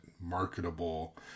marketable